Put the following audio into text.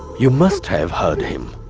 you must have heard him.